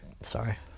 Sorry